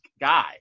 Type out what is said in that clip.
guy